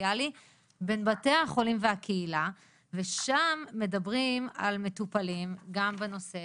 סוציאלי בין בתי החולים והקהילה ושם מדברים על מטופלים גם בנושא